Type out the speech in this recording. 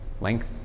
length